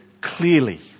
clearly